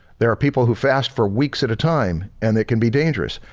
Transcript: there are people who fast for weeks at a time and it can be dangerous.